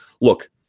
look